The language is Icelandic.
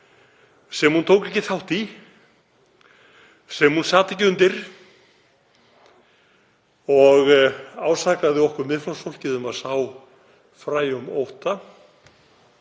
sem hún tók ekki þátt í, sem hún sat ekki undir og ásakaði okkur Miðflokksfólkið um að sá fræjum ótta.